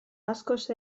askoz